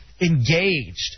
engaged